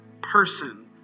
person